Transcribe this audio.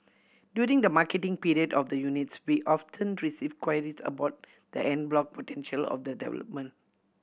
during the marketing period of the units we often receive queries about the en bloc potential of the development